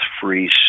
free